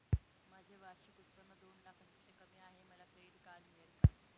माझे वार्षिक उत्त्पन्न दोन लाखांपेक्षा कमी आहे, मला क्रेडिट कार्ड मिळेल का?